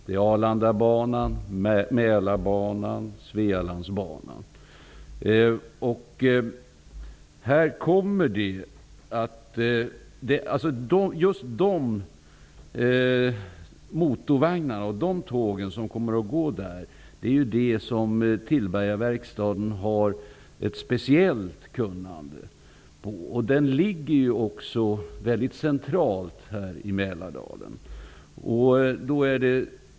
Det gäller Arlandabanan, Mälarbanan och Svealandsbanan. Just de tåg som kommer att gå på dessa banor är sådana som Tillbergaverkstaden har ett speciellt kunnande på. Den verkstaden ligger också väldigt centralt i Mälardalen.